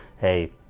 hey